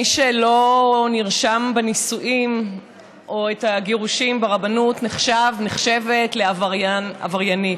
מי שלא נרשם בנישואין או בגירושין ברבנות נחשב/נחשבת לעבריין/עבריינית,